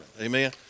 amen